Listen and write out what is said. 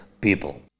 people